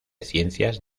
ciencias